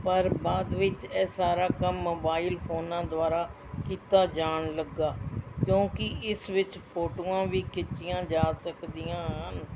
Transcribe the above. ਪਰ ਬਾਅਦ ਵਿੱਚ ਇਹ ਸਾਰਾ ਕੰਮ ਮੋਬਾਈਲ ਫੋਨਾਂ ਦੁਆਰਾ ਕੀਤਾ ਜਾਣ ਲੱਗਾ ਕਿਉਂਕਿ ਇਸ ਵਿੱਚ ਫੋਟੋਆਂ ਵੀ ਖਿੱਚੀਆਂ ਜਾ ਸਕਦੀਆਂ ਹਨ